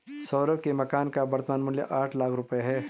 सौरभ के मकान का वर्तमान मूल्य आठ लाख रुपये है